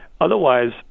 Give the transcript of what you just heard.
Otherwise